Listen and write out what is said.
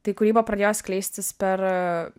tai kūryba pradėjo skleistis per